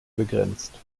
begrenzt